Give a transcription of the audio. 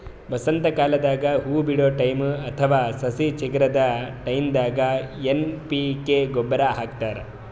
ವಸಂತಕಾಲದಾಗ್ ಹೂವಾ ಬಿಡೋ ಟೈಮ್ ಅಥವಾ ಸಸಿ ಚಿಗರದ್ ಟೈಂದಾಗ್ ಎನ್ ಪಿ ಕೆ ಗೊಬ್ಬರ್ ಹಾಕ್ತಾರ್